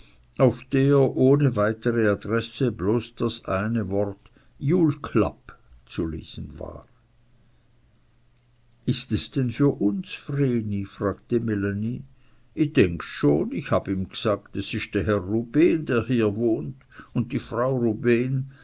auf der ohne weitere adresse bloß das eine wort julklapp zu lesen war ist es denn für uns vreni fragte melanie i denk schon i hab ihm g'sagt s isch der herr rubehn der hier wohnt und die frau